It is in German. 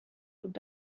und